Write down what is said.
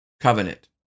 covenant